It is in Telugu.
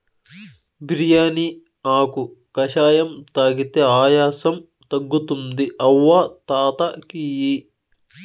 బిర్యానీ ఆకు కషాయం తాగితే ఆయాసం తగ్గుతుంది అవ్వ తాత కియి